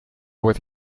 with